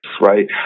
right